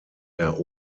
der